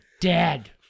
dead